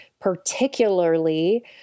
particularly